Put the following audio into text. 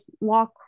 walk